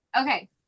okay